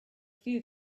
few